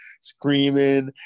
screaming